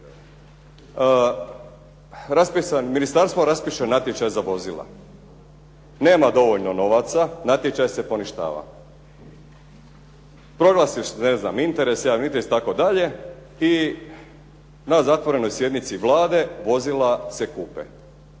Ministarstvo raspiše natječaj za vozila. Nema dovoljno novaca, natječaj se poništava. Proglasi se ne znam, interes, javni interes itd. i na zatvorenoj sjednici Vlade vozila se kupe.